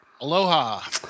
Aloha